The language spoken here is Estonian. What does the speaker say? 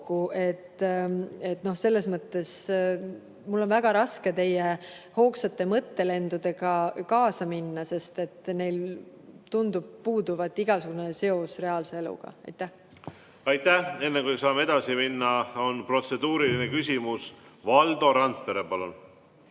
kõiki asju kokku. Mul on väga raske teie hoogsate mõttelendudega kaasa minna, sest neil tundub puuduvat igasugune seos reaalse eluga. Aitäh! Enne kui saame edasi minna, on protseduuriline küsimus. Valdo Randpere, palun!